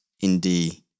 indeed